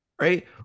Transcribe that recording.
Right